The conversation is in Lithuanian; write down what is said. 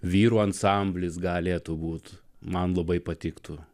vyrų ansamblis galėtų būti man labai patiktų